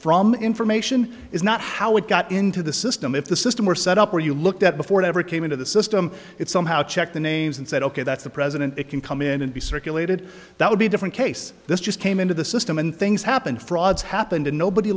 from information is not how it got into the system if the system were set up or you looked at before it ever came into the system it somehow checked the names and said ok that's the president it can come in and be circulated that would be different case this just came into the system and things happened frauds happened and nobody